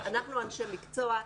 אנחנו אנשי מקצוע.